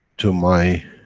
to my.